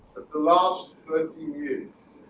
the last thirty years